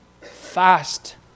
fast